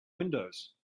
windows